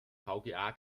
vga